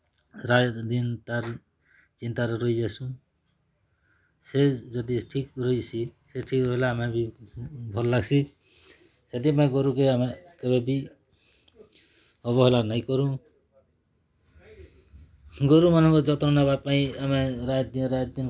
ଆରୁ ସବୁ ସେମାନେ ସବ୍ କେ ବୁଝଉଛନ୍ ଇଞ୍ଜେକ୍ସନ୍ ଦିଅ ସେଲାଇନ୍ ଦିଅ ମେଡ଼ିସିନ୍ ଖୁଅ କ୍ଷୀର୍ ମୀର୍ କୁ ସବି ଦଉଛନ୍ ଘର୍ କେ ଘର୍ ଆରୁ ସବୁ ସୁବିଧା କରୁଚନ୍ ଆମ୍ ଟା ଲାଷ୍ଟ୍ ଥର୍ ଗଲା ମାସ୍ ଦିଆ ହେଇଥିଲା ଇଞ୍ଜେକ୍ସନ୍ ଆମ ଛେଲି କେ ଆର୍ ଏବେ ଭଲ୍ ଅଛି